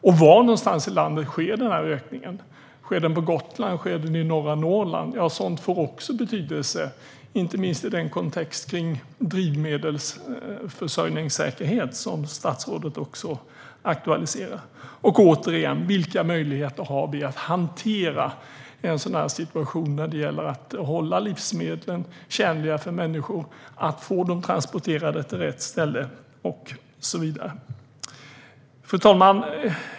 Och var i landet sker ökningen - sker den på Gotland eller i norra Norrland? Sådant får också betydelse, inte minst mot bakgrund av detta med drivmedelssäkerhet, som statsrådet också aktualiserar. Återigen: Vilka möjligheter har vi att hantera en situation där det gäller att hålla livsmedlen tjänliga för människor, att få dem transporterade till rätt ställe och så vidare? Fru talman!